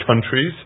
countries